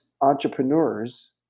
entrepreneurs